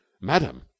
Madam